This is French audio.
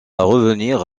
revenir